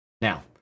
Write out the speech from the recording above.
Now